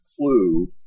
clue